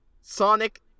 Sonic